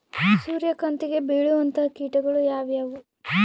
ಸೂರ್ಯಕಾಂತಿಗೆ ಬೇಳುವಂತಹ ಕೇಟಗಳು ಯಾವ್ಯಾವು?